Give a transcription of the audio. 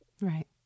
Right